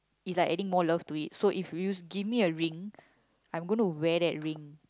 is like adding more love to it so if you give me a ring I'm gonna wear that ring